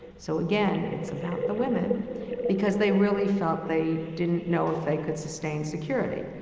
so, again, it's about the women because they really felt they didn't know if they could sustain security.